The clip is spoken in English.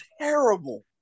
terrible